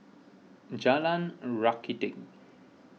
Jalan Rakiti